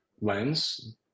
lens